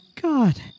god